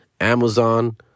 Amazon